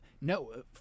No